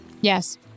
Yes